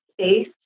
space